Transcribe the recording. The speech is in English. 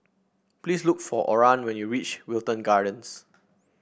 please look for Oran when you reach Wilton Gardens